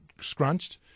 scrunched